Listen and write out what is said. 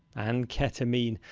and ketamine.